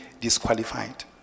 disqualified